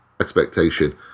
expectation